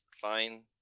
fine